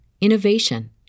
innovation